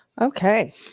Okay